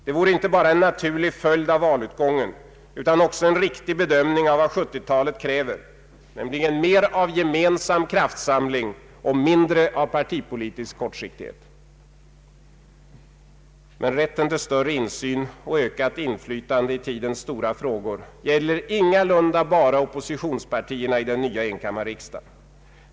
Det vore inte bara en naturlig följd av valutgången utan också en riktig bedömning av vad 1970 talets stora frågor kräver, nämligen mer av gemensam kraftsamling och mindre av partipolitisk kortsiktighet. Men rätten till större insyn och ökat inflytande i tidens stora frågor gäller ingalunda bara oppositionspartierna i den nya enkammarriksdagen.